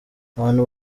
abantu